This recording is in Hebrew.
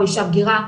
או אישה בגירה,